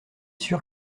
sûr